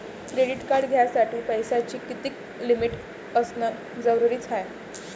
Credit card घ्यासाठी पैशाची कितीक लिमिट असनं जरुरीच हाय?